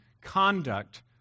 conduct